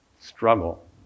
Struggle